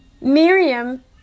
Miriam